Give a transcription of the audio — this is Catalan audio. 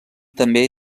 també